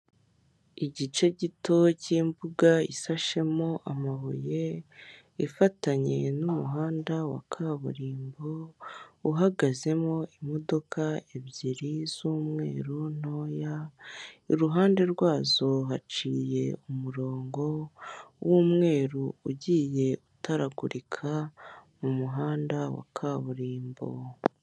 Igice gito cy'imbuga ishashemo amabuye, ifatanye n'umuhanda wa kaburimbo, uhagazemo imodoka ebyiri z'umweru ntoya, i ruhande rwazo haciye umurongo w'umweru ugiye utaragurika mu muhanda wa kaburimbo.